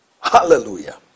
Hallelujah